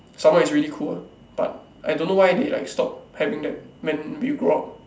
some more is really cool ah but I don't know why they like stop having that when we grow up